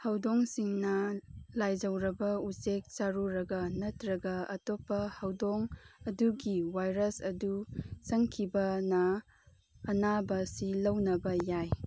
ꯍꯧꯗꯣꯡꯁꯤꯡꯅ ꯂꯥꯏꯖꯧꯔꯕ ꯎꯆꯦꯛ ꯆꯥꯔꯨꯔꯒ ꯅꯠꯇ꯭ꯔꯒ ꯑꯇꯣꯞꯄ ꯍꯧꯗꯣꯡ ꯑꯗꯨꯒꯤ ꯚꯥꯏꯔꯁ ꯑꯗꯨ ꯆꯪꯈꯤꯕꯅ ꯑꯅꯥꯕꯁꯤ ꯂꯧꯅꯕ ꯌꯥꯏ